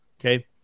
Okay